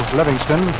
Livingston